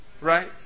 right